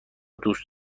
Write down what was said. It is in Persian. دوست